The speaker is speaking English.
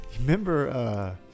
remember